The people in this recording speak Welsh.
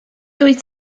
dwyt